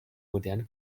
modern